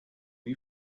you